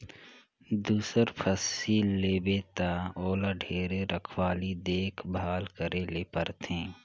दूसर फसिल लेबे त ओला ढेरे रखवाली देख भाल करे ले परथे